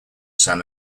san